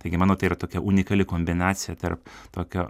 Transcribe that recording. taigi mano tai yra tokia unikali kombinacija tarp tokio